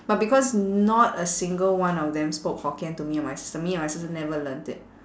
but because not a single one of them spoke hokkien to me and my sister me and my sister never learnt it